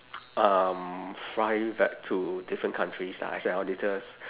um fly back to different countries lah as an auditors